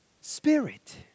Spirit